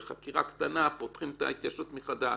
בחקירה קטנה פותחים את ההתיישנות מחדש,